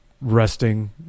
resting